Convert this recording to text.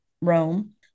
Rome